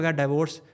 divorce